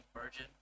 virgin